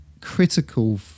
critical